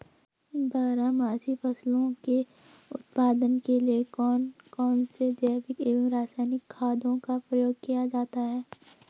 बारहमासी फसलों के उत्पादन के लिए कौन कौन से जैविक एवं रासायनिक खादों का प्रयोग किया जाता है?